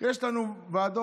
יש לנו ועדות,